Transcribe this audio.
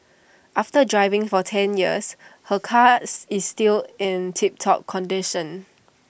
after driving for ten years her cars is still in tip top condition